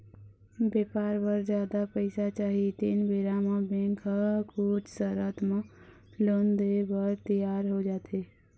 बेपार बर जादा पइसा चाही तेन बेरा म बेंक ह कुछ सरत म लोन देय बर तियार हो जाथे